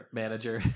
manager